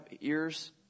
ears